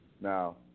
Now